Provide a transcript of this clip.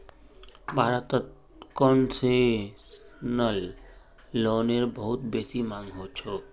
भारतत कोन्सेसनल लोनेर बहुत बेसी मांग छोक